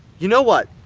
you know what?